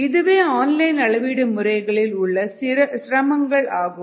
இதுவே ஆன்லைன் அளவீடு முறைகளில் உள்ள சிரமங்கள் ஆகும்